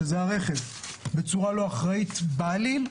שזה הרכב, בצורה בלתי אחראית בעליל,